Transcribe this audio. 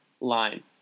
line